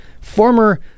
former